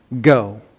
go